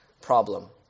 problem